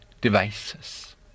devices